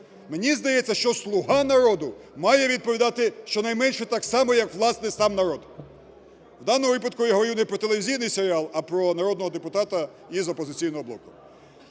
Мені здається, що слуга народу має відповідати щонайменше так само, як, власне, сам народ. В даному випадку я говорю не про телевізійний серіал, а про народного депутата із "Опозиційного блоку".